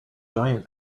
giant